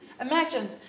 Imagine